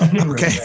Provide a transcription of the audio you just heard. Okay